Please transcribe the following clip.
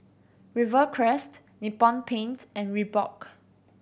Rivercrest Nippon Paint and Reebok